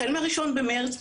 החל מה-1 במרס,